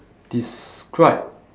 describe